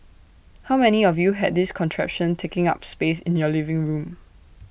how many of you had this contraption taking up space in your living room